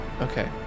Okay